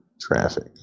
Traffic